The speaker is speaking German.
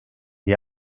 die